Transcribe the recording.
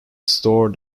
store